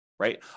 right